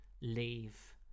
Leave